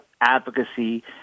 advocacy